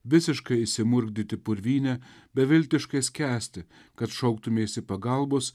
visiškai išsimurdyti purvyne beviltiškai skęsti kad šauktumeisi pagalbos